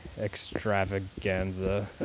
extravaganza